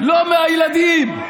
לא מהילדים,